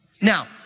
now